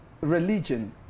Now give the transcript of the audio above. religion